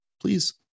please